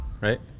Right